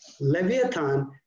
Leviathan